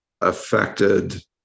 affected